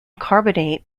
carbonate